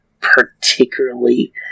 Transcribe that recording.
particularly